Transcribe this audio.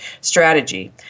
Strategy